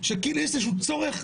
שכאילו יש איזשהו צורך,